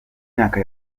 myaka